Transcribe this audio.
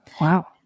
Wow